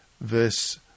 verse